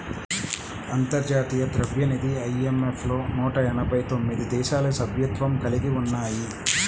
అంతర్జాతీయ ద్రవ్యనిధి ఐ.ఎం.ఎఫ్ లో నూట ఎనభై తొమ్మిది దేశాలు సభ్యత్వం కలిగి ఉన్నాయి